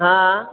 हा